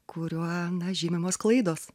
kuriuo na žymimos klaidos